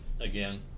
Again